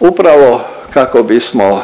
Upravo kako bismo